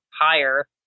higher